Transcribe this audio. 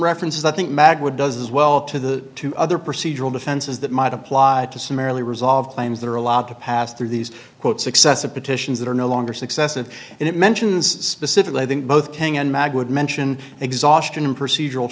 references i think mag would does as well to the two other procedural defenses that might apply to summarily resolve claims that are allowed to pass through these quote successive petitions that are no longer successive and it mentions specifically i think both king and mag would mention exhaustion in procedural